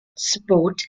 support